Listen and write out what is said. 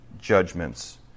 judgments